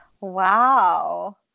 Wow